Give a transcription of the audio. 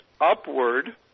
upward